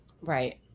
Right